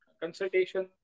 consultation